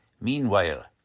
Meanwhile